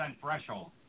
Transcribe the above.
threshold